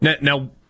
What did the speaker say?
Now